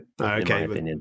okay